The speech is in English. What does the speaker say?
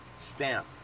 stamp